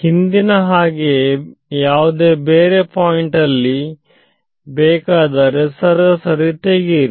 ಹಿಂದಿನ ಹಾಗೆಯೇ ಯಾವುದೇ ಬೇರೆ ಪಾಯಿಂಟ್ನಲ್ಲಿ ಬೇಕಾದರೆ ಸರಾಸರಿ ತೆಗೆಯಿರಿ